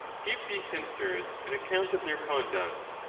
give these censors an account of their conduct,